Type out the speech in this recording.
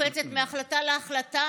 קופצת מהחלטה להחלטה,